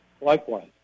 Likewise